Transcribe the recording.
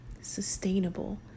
sustainable